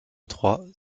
trois